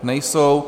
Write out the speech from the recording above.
Nejsou.